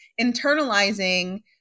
internalizing